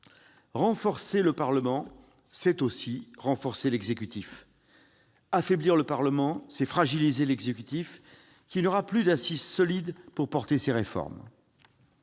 renforcer le Parlement, c'est aussi renforcer l'exécutif ; affaiblir le Parlement, c'est fragiliser l'exécutif, qui n'aura plus d'assise solide pour faire avancer ses réformes,